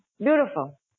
beautiful